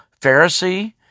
Pharisee